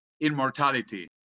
immortality